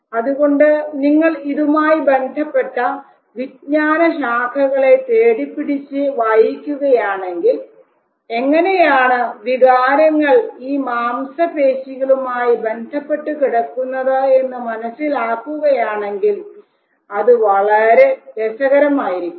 അതുകൊണ്ട് നിങ്ങൾ ഇതുമായി ബന്ധപ്പെട്ട വിജ്ഞാന ശാഖകളെ തേടിപ്പിടിച്ച് വായിക്കുകയാണെങ്കിൽ എങ്ങനെയാണ് വികാരങ്ങൾ ഈ മാംസപേശികളുമായി ബന്ധപ്പെട്ടു കിടക്കുന്നത് എന്ന് മനസ്സിലാക്കുകയാണെങ്കിൽ അത് വളരെ രസകരമായിരിക്കും